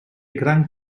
gran